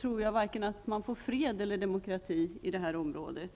tror jag inte att man får vare sig fred eller demokrati i detta område.